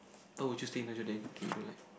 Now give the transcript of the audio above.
why will you stay another day if you don't like